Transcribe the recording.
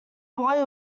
boy